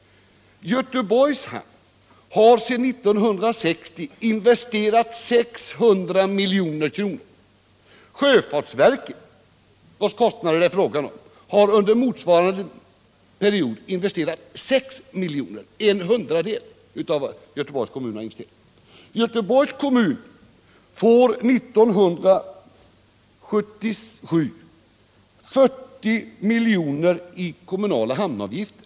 Göteborgs hamn har sedan 1960 investerat 600 milj.kr. Sjöfartsverket, vars kostnader det är fråga om, har under motsvarande period investerat 6 milj.kr., alltså en hundradel av vad Göteborgs kommun har investerat. År 1977 får Göteborgs kommun 40 milj.kr. i kommunala hamnavgifter.